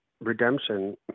Redemption